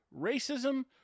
racism